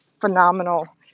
phenomenal